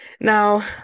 Now